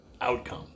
outcome